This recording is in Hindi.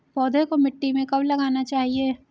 पौधे को मिट्टी में कब लगाना चाहिए?